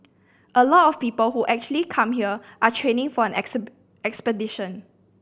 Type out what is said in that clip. a lot of people who actually come here are training for an expedition